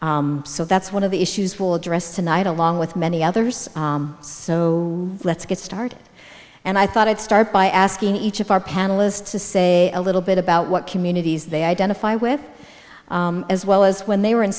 so that's one of the issues will address tonight along with many others so let's get started and i thought i'd start by asking each of our panelists to say a little bit about what communities they identify with as well as when they were in